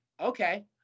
okay